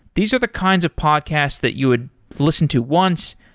these are the kinds of podcasts that you would listen to once,